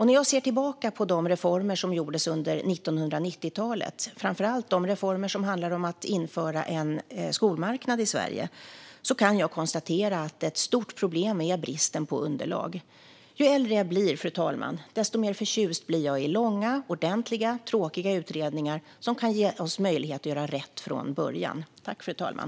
När jag ser tillbaka på de reformer som gjordes under 1990-talet, framför allt de reformer som handlade om att införa en skolmarknad i Sverige, kan jag konstatera att ett stort problem var bristen på underlag. Ju äldre jag blir, fru talman, desto mer förtjust blir jag i långa, ordentliga och tråkiga utredningar som kan ge oss möjlighet att göra rätt från början.